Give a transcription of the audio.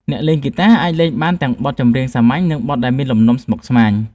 អ្នកលេងហ្គីតាអាចលេងបានទាំងបទចម្រៀងសាមញ្ញ និងបទដែលមានលំនាំស្មុគស្មាញ។